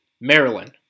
Maryland